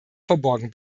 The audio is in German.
verborgen